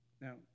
Now